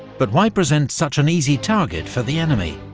but why present such an easy target for the enemy?